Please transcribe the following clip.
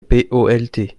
polt